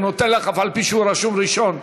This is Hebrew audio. הוא נותן לך, אף-על-פי שהוא רשום ראשון,